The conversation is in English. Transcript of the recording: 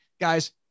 guys